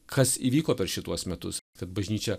kas įvyko per šituos metus kad bažnyčia